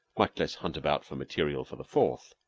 much less hunt about for material for the fourth